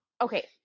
Okay